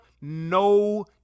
No